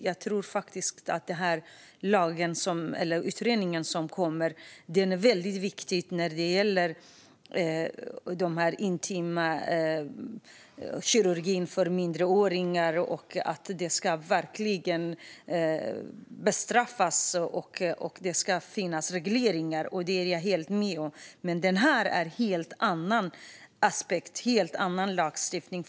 Jag tror faktiskt att utredningen som kommer är väldigt viktig när det gäller intimkirurgin för minderåriga. Detta ska verkligen bestraffas, och det ska finnas regleringar. Det är jag helt med på. Men det här är en helt annan aspekt och en helt annan lagstiftning.